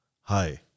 Hi